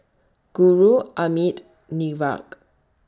Guru Amit